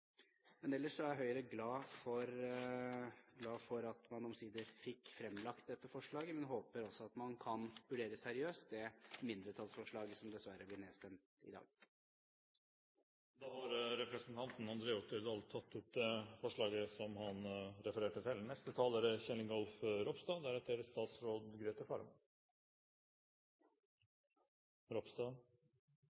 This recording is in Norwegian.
men vi håper også at man kan vurdere seriøst det mindretallsforslaget som dessverre blir nedstemt i dag. Representanten André Oktay Dahl har tatt opp det forslaget han refererte til. «Et enklere Norge» er